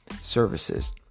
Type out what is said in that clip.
services